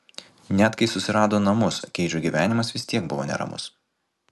net kai susirado namus keidžo gyvenimas vis tiek buvo neramus